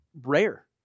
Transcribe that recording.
rare